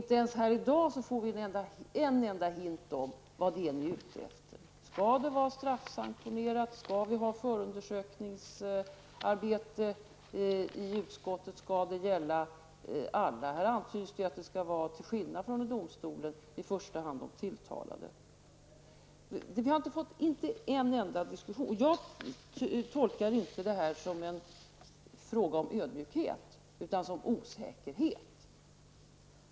Inte ens här i dag får vi en enda hint om vad det är ni är ute efter. Skall det vara straffsanktionerat? Skall vi ha förundersökningsarbete i utskottet? Skall det gälla alla? Här antyds att det, till skillnad från i domstolarna, skall gälla i första hand de tilltalade. Vi har inte fått en enda diskussion om dessa frågor. Jag tolkar inte detta som ödmjukhet, utan som osäkerhet.